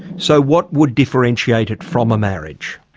so what would differentiate it from a marriage?